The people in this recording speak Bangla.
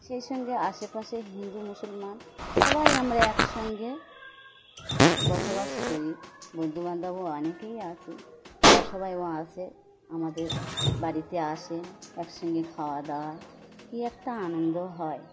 সেই সঙ্গে আশেপাশে হিন্দু মুসলমান সবাই আমরা একসঙ্গে বসবাস করি বন্ধুবান্ধবও অনেকেই আছে তারা সবাইও আছেে আমাদের বাড়িতে আসে একসঙ্গে খাওয়া দাওয়ায় কী একটা আনন্দ হয়